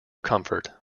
comfort